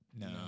No